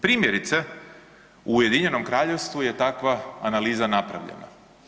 Primjerice, u Ujedinjenom Kraljevstvu je takva analiza napravljena.